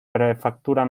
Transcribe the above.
prefectura